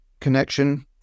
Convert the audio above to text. connection